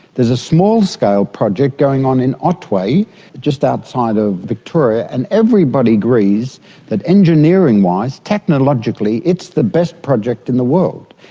there's a small-scale project going on in otway just outside of victoria, and everybody agrees that engineering-wise, technologically it's the best project in the world.